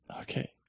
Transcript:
okay